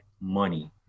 money